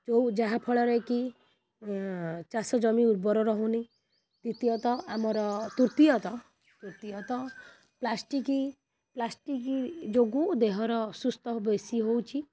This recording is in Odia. ଯେଉଁ ଯାହାଫଳରେ କି ଚାଷଜମି ଉର୍ବର ରହୁନି ଦ୍ୱିତୀୟତଃ ଆମର ତୃତୀୟତଃ ତୃତୀୟତଃ ପ୍ଲାଷ୍ଟିକ୍ ପ୍ଲାଷ୍ଟିକ୍ ଯୋଗୁଁ ଦେହର ଅସୁସ୍ଥ ବେଶୀ ହେଉଛି